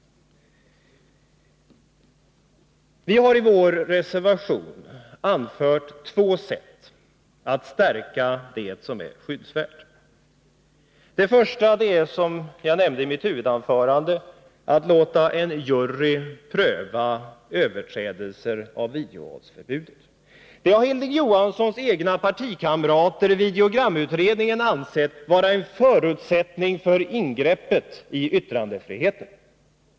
Vi har i vår reservation fört fram två sätt att stärka det som är skyddsvärt. Det första är — som jag nämnde i mitt huvudanförande — att låta en jury pröva överträdelser av videovåldsförbudet. Det har Hilding Johanssons egna partikamrater i videogramutredningen ansett vara en förutsättning för det nu förestående ingreppet i yttrandefriheten.